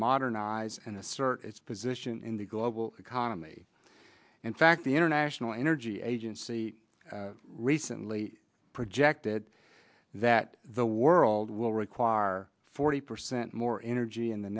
modernize and assert its position in the global economy in fact the international energy agency recently projected that the world will require forty percent more energy in the